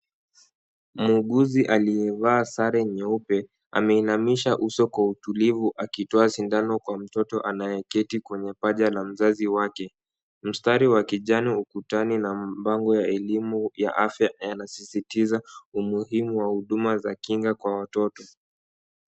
Muuguzi aliyevaa sare nyeupe ameinamisha uso kwa utulivu, akitoa sindano kwa mtoto anayeketi kwenye paja la mzazi wake. Mstari wa kijani ukutani na bango la elimu ya afya, yanasisitiza umuhimu wa huduma za kinga kwa watoto.